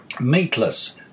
Meatless